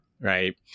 right